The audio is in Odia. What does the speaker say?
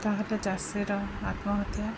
ତା'ହେଲେ ଚାଷୀର ଆତ୍ମହତ୍ୟା